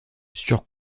sur